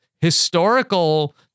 historical